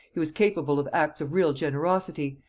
he was capable of acts of real generosity,